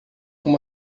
uma